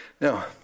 Now